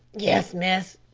yes, miss,